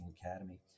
Academy